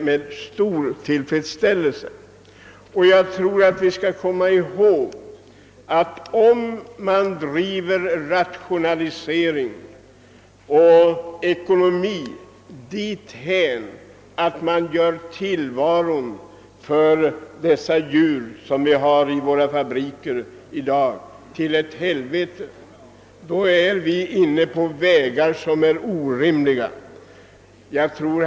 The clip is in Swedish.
Vi bör nog komma ihåg att om vi driver rationalisering och ekonomi dithän att 'vi gör tillvaron för djuren i dagens djurfabriker till ett helvete, är vi inne på orimliga vägar.